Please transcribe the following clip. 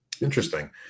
Interesting